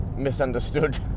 Misunderstood